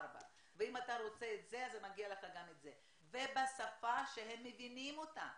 ארבע ואם אתה רוצה את זה אז מגיע לך גם את זה ובשפה שהם מבינים אותה.